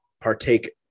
partake